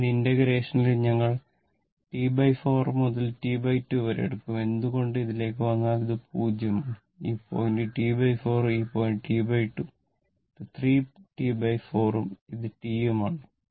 അതിനാൽ ഇന്റഗ്രേഷൻ ൽ ഞങ്ങൾ T4 മുതൽ T2 വരെ എടുക്കും എന്തുകൊണ്ട് ഇതിലേക്ക് വന്നാൽ ഇത് 0 ആണ് ഈ പോയിന്റ് T4 ഉം ഈ പോയിന്റ് T2 ഉം ഇത് 3 T4 ഉം ഇത് T ഉം ആണ്